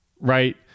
right